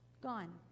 gone